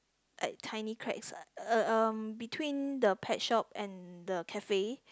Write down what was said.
like tiny cracks um between the pet shop and the cafe